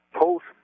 Post